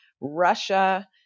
Russia